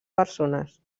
persones